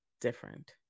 different